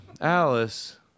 Alice